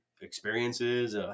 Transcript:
experiences